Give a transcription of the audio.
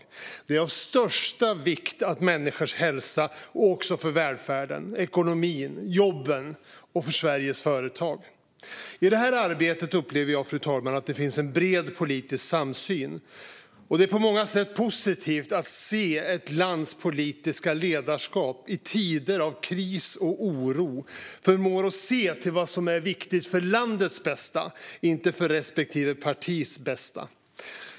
Detta är av största vikt för människors hälsa och också för välfärden, ekonomin, jobben och Sveriges företag. I det här arbetet upplever jag, fru talman, att det finns en bred politisk samsyn. Det är på många sätt positivt att se att ett lands politiska ledarskap i tider av kris och oro förmår att se till vad som är viktigt för landets bästa och inte för respektive partis bästa.